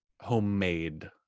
homemade